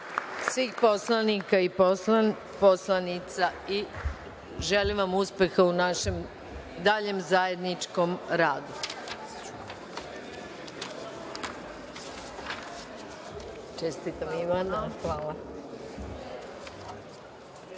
svih poslanika i poslanica i želim vam uspeha u našem daljem zajedničkom radu. Pošto je Narodna